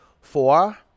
Four